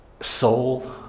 soul